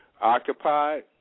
occupied